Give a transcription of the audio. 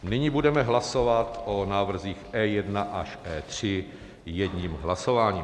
Nyní budeme hlasovat o návrzích E1 až E3 jedním hlasováním.